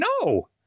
No